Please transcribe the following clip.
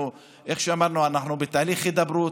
כמו שאמרנו, אנחנו בתהליך הידברות,